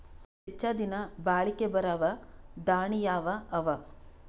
ಹೆಚ್ಚ ದಿನಾ ಬಾಳಿಕೆ ಬರಾವ ದಾಣಿಯಾವ ಅವಾ?